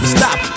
stop